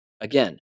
Again